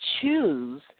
choose